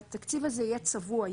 התקציב הזה יהיה צבוע,